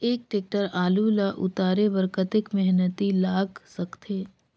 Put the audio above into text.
एक टेक्टर आलू ल उतारे बर कतेक मेहनती लाग सकथे?